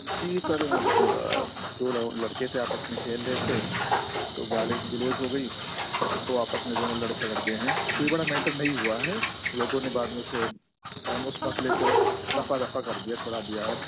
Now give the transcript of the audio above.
جی sir دو لڑکے تھے آپس میں کھیل رہے تھے تو گالم گلوج ہو گئی تو آپس میں دونوں لڑ جھگڑ گئے ہیں کوئی بڑا میٹر نہیں ہوا ہے لوگوں نے بعد میں اسے اس مسئلے کو رفع دفع کر دیا چھڑا دیا ہے